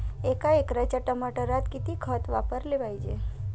एका एकराच्या टमाटरात किती खत वापराले पायजे?